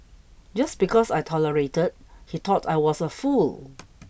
just because I tolerated he taught I was a fool